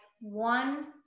one